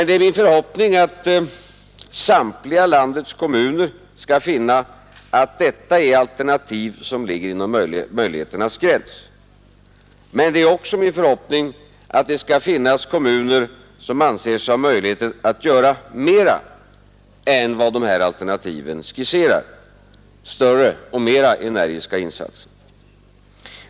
Det är min förhoppning att samtliga landets kommuner skall finna att detta är ett alternativ som ligger inom möjligheternas gräns, men det är också min förhoppning att det skall finnas kommuner som anser sig ha möjlighet att göra mera än vad de här alternativen skisserar — större och mera energiska insatser.